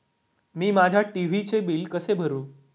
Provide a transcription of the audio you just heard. मी माझ्या टी.व्ही चे बिल कसे भरू?